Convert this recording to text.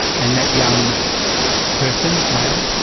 and that young person, male.